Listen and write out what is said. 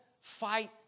fight